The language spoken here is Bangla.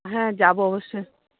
হ্যাঁ যাব অবশ্যই